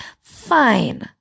Fine